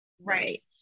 right